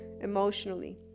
emotionally